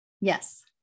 Yes